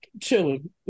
Chilling